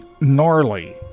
gnarly